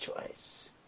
choice